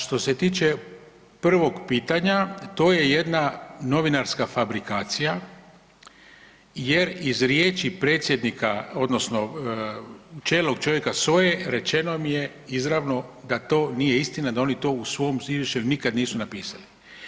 Što se tiče 1. pitanja, to je jedna novinarska fabrikacija jer iz riječi predsjednika odnosno čelnog čovjeka SOA-e rečeno mi je izravno da to nije istina da oni to u svom izvješću nikada nisu napisali.